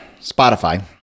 Spotify